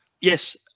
Yes